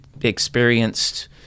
experienced